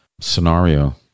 scenario